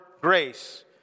grace